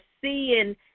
seeing